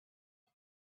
the